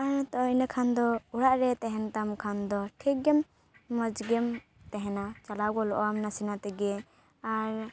ᱟᱨ ᱱᱚᱛᱮ ᱤᱱᱟᱹ ᱠᱷᱟᱱ ᱫᱚ ᱚᱲᱟᱜ ᱨᱮ ᱛᱟᱦᱮᱱ ᱛᱟᱢ ᱠᱷᱟᱱ ᱫᱚ ᱴᱷᱤᱠ ᱜᱮᱢ ᱢᱚᱡᱽ ᱜᱮᱢ ᱛᱟᱦᱮᱱᱟ ᱪᱟᱞᱟᱣ ᱜᱚᱫᱚᱜᱼᱟᱢ ᱱᱟᱥᱮᱱᱟᱜ ᱛᱮᱜᱮ ᱟᱨ